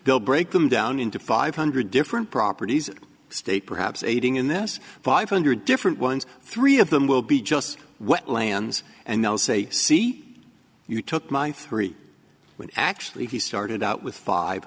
they'll break them down into five hundred different properties state perhaps aiding in this five hundred different ones three of them will be just what plans and they'll say see you took my three when actually he started out with five